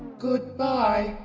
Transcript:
goodbye